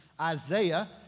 Isaiah